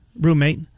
roommate